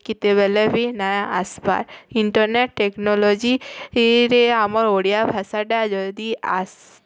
କେତେବେଲେ ବି ନା ଆସ୍ବା ଇଣ୍ଟରନେଟ୍ ଟେକ୍ନୋଲୋଜି ଇରେ ଆମର ଓଡ଼ିଆ ଭାଷାଟା ଯଦି ଆସ୍